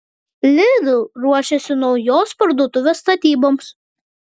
lidl ruošiasi naujos parduotuvės statyboms